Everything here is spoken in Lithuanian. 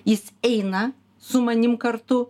jis eina su manim kartu